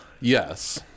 yes